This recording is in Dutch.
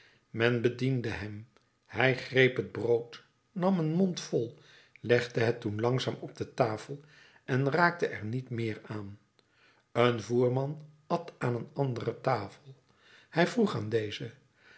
men bediende hem hij greep het brood nam een mondvol legde het toen langzaam op de tafel en raakte er niet meer aan een voerman at aan een andere tafel hij vroeg aan dezen